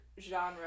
genre